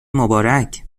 مبارک